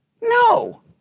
No